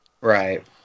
Right